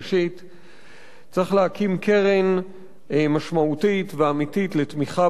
צריך להקים קרן משמעותית ואמיתית לתמיכה ביוצרים ובכותבים,